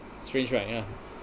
strange right yeah